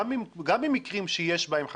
גם במקרים שיש בהם חקירה.